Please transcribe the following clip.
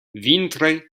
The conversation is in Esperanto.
vintre